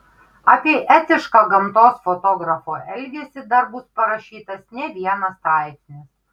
apie etišką gamtos fotografo elgesį dar bus parašytas ne vienas straipsnis